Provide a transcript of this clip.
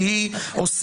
כי היא עוסקת,